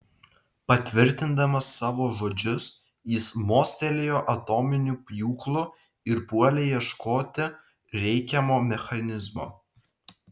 patvirtindamas savo žodžius jis mostelėjo atominiu pjūklu ir puolė ieškoti reikiamo mechanizmo